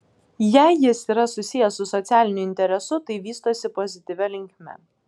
jei jis yra susijęs su socialiniu interesu tai vystosi pozityvia linkme